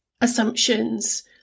assumptions